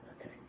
Okay